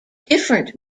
different